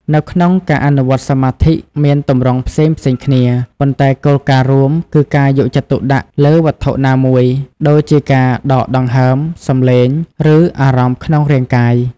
នៅក្នុងការអនុវត្តន៍សមាធិ មានទម្រង់ផ្សេងៗគ្នា ប៉ុន្តែគោលការណ៍រួមគឺការយកចិត្តទុកដាក់លើវត្ថុណាមួយ ដូចជាការដកដង្ហើម សំឡេង ឬអារម្មណ៍ក្នុងរាងកាយ។